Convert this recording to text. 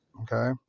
okay